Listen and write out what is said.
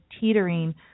teetering